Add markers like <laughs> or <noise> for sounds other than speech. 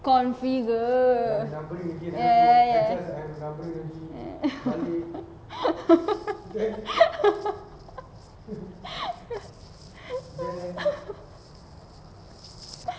configure ya ya ya ya ya <laughs>